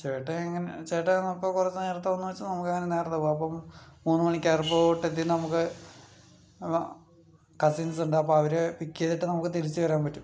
ചേട്ടൻ എങ്ങ ചേട്ടൻ അപ്പോൾ കുറച്ച് നേരത്തെ വന്നാച്ചാ നമുക്ക് അങ്ങനെ നേരത്തെ പോകാം അപ്പം മൂന്നു മണിക്ക് എയർപോർട്ട് എത്തി നമുക്ക് കസിൻസ് ഉണ്ട് അപ്പോ അവര് പിക്ക് ചെയ്തിട്ട് നമുക്ക് തിരിച്ചു വരാൻ പറ്റും